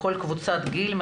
בכל קבוצת גיל.